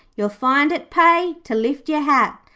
you'll find it pay to lift your hat.